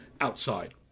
outside